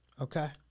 Okay